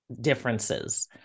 differences